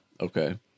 okay